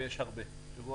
ויש הרבה שמוכנים.